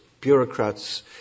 bureaucrats